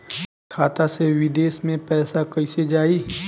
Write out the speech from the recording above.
खाता से विदेश मे पैसा कईसे जाई?